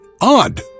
odd